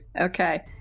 Okay